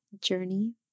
journey